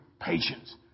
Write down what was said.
patience